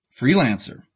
Freelancer